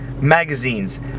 Magazines